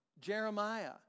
Jeremiah